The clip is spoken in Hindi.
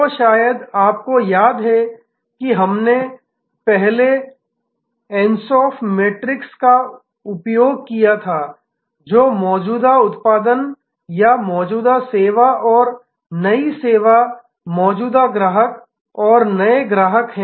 तो आपको याद है कि हमने पहले एन्सौफ़ मैट्रिक्स का उपयोग किया था जो मौजूदा उत्पाद या मौजूदा सेवा और नई सेवा और मौजूदा ग्राहक और नए ग्राहक हैं